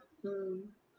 mm